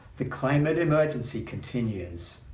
the climate emergency continues.